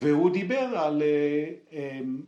‫והוא דיבר על...